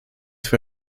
für